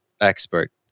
expert